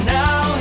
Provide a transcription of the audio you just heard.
now